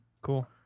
Cool